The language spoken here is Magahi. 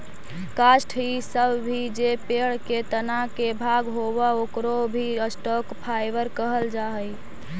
काष्ठ इ सब भी जे पेड़ के तना के भाग होवऽ, ओकरो भी स्टॉक फाइवर कहल जा हई